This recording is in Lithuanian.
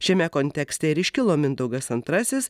šiame kontekste ir iškilo mindaugas antrasis